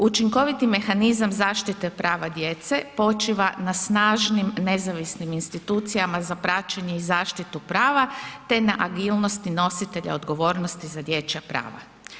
Učinkoviti mehanizam zaštite prava djece počiva na snažnim, nezavisnim institucijama za praćenje i zaštitu prava te na agilnosti nositelja odgovornosti za dječja prava.